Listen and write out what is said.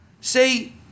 see